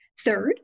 Third